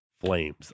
Flames